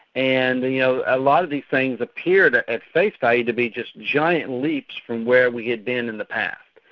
and and you know a lot of these things appeared at their face value to be just giant leaps from where we had been in the past.